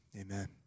amen